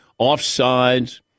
offsides